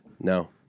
no